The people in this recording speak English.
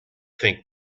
think